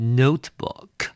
notebook，